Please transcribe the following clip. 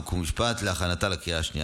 חוק ומשפט נתקבלה.